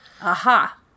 Aha